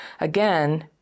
Again